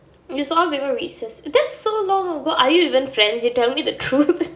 you saw her before recess that's so long ago are you even friends you tell me the truth